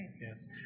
Yes